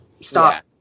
stop